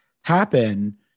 happen